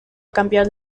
campeón